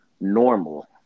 normal